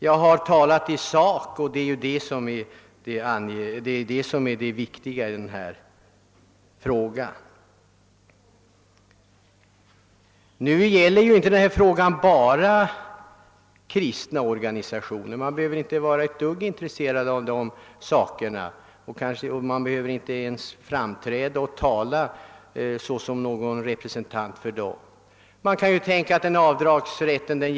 Jag har talat i sak, det är frågan som är det viktiga i debatten. Ärendet gäller inte bara de kristna organisationerna. Man behöver inte vara intresserad av dessa organisationers arbete och ändå engagera sig i frågan. Frågan om avdragsrätten gäller också bl.a. handikapporganisationerna.